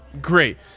great